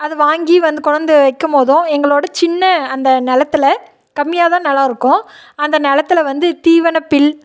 அது வாங்கி வந்து கொணந்து வைக்கும்போதும் எங்களோடய சின்ன அந்த நிலத்துல கம்மியாகதான் நெலம் இருக்கும் அந்த நிலத்துல வந்து தீவன புல்